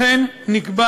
לכן נקבע